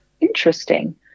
Interesting